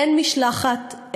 אין משלחת,